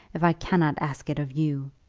if i cannot ask it of you.